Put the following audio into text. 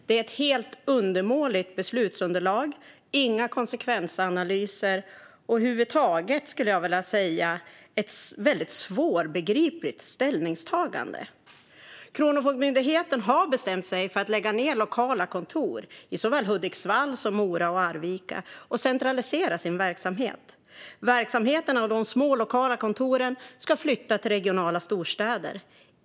Det är ett helt undermåligt beslutsunderlag, inga konsekvensanalyser och över huvud taget ett väldigt svårbegripligt ställningstagande. Kronofogdemyndigheten har bestämt sig för att lägga ned lokala kontor i såväl Hudiksvall som Mora och Arvika och centralisera sin verksamhet. Verksamheten på de små lokala kontoren ska flytta till regionala storstäder.